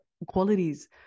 Qualities